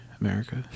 America